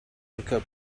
workout